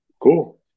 Cool